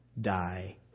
die